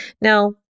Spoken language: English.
Now